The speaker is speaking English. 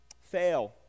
fail